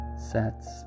sets